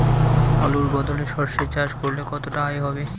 আলুর বদলে সরষে চাষ করলে কতটা আয় হবে?